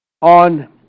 on